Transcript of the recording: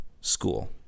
school